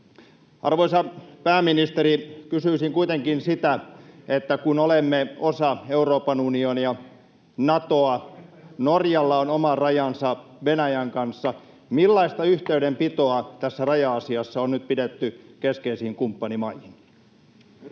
Arvoisa pääministeri, kysyisin kuitenkin: kun olemme osa Euroopan unionia ja Natoa ja Norjalla on oma rajansa Venäjän kanssa, millaista yhteydenpitoa tässä raja-asiassa on nyt pidetty keskeisiin kumppanimaihin?